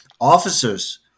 officers